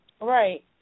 Right